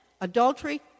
adultery